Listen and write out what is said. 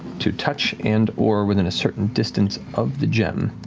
to touch and or within a certain distance of the gem.